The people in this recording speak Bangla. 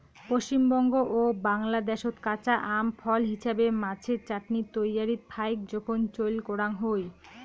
পশ্চিমবঙ্গ ও বাংলাদ্যাশত কাঁচা আম ফল হিছাবে, মাছের চাটনি তৈয়ারীত ফাইক জোখন চইল করাং হই